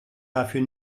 dafür